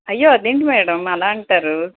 అయ్యో అదేంటి మేడం అలా అంటారు